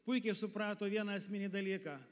puikiai suprato vieną esminį dalyką